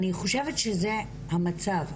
אני חושבת שזה המצב,